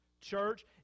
church